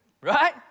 right